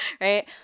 Right